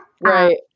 Right